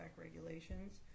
regulations